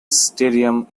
stadium